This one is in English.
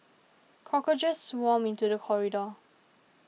cockroaches swarmed into the corridor